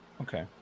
okay